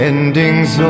Endings